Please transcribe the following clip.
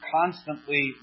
constantly